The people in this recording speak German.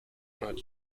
not